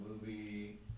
movie